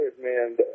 man